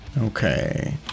Okay